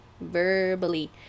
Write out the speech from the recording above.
verbally